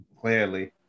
Clearly